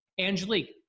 angelique